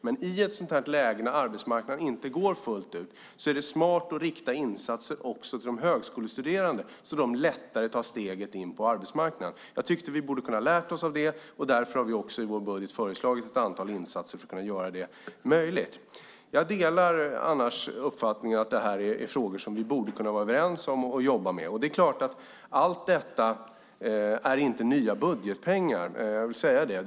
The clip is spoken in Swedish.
Men i ett läge där arbetsmarknaden inte går fullt ut är det smart att rikta insatser också till de högskolestuderande så att de lättare tar steget in på arbetsmarknaden. Jag tycker att vi borde ha kunnat lära oss av det. Därför har vi också i vår budget föreslagit ett antal insatser för att kunna göra det möjligt. Jag delar annars uppfattningen att detta är frågor som vi borde kunna vara överens om att jobba med. Allt detta är inte nya budgetpengar. Jag vill säga det.